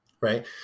right